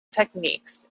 techniques